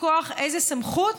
מכוח איזו סמכות?